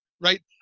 right